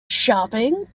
shopping